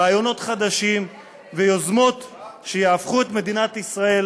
רעיונות חדשים ויוזמות שיהפכו את מדינת ישראל